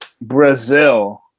brazil